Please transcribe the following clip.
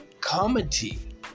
comedy